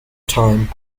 time